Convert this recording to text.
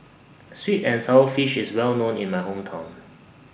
Sweet and Sour Fish IS Well known in My Hometown